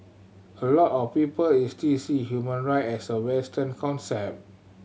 a lot of people see human right as a Western concept